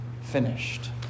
finished